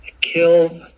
Kill